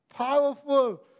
powerful